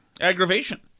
aggravation